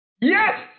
Yes